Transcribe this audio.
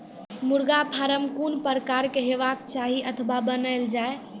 मुर्गा फार्म कून प्रकारक हेवाक चाही अथवा बनेल जाये?